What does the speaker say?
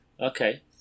Okay